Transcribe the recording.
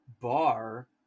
bar